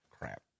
crap